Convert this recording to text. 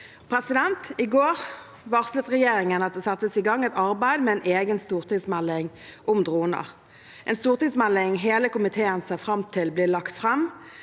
dronestrategi. I går varslet regjeringen at det settes i gang et arbeid med en egen stortingsmelding om droner. Det er en stortingsmelding hele komiteen ser fram til at blir lagt fram.